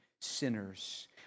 sinners